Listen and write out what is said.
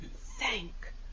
Thank